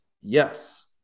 Yes